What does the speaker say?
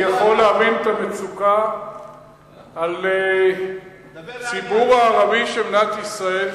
אני יכול להבין את המצוקה של הציבור הערבי של מדינת ישראל,